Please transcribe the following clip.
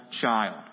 child